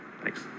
thanks